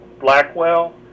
Blackwell